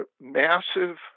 massive